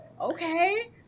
okay